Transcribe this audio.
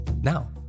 now